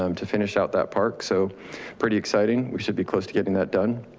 um to finish out that park, so pretty exciting. we should be close to getting that done.